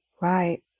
Right